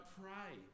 pray